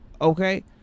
okay